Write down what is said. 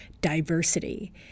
diversity